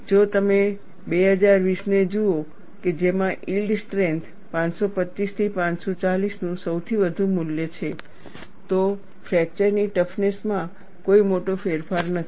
જો તમે 2020 ને જુઓ કે જેમાં યીલ્ડ સ્ટ્રેન્થ 525 થી 540 નું સૌથી વધુ મૂલ્ય છે તો ફ્રેકચર ની ટફનેસ માં કોઈ મોટો ફેરફાર નથી